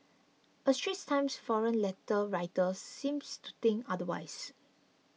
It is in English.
a Straits Times forum letter writer seems to think otherwise